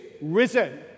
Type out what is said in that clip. risen